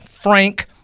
frank